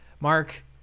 Mark